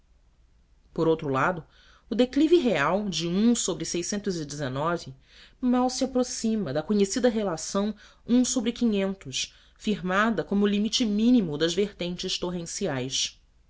por outro lado o declive real de mal se aproxima da conhecida relação firmada como o limite mínimo das vertentes torrenciais